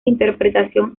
interpretación